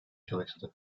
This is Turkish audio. çalıştı